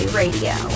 radio